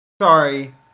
Sorry